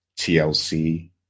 TLC